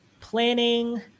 planning